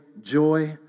joy